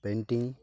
painting